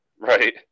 Right